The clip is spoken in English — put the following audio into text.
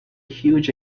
huge